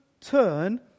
turn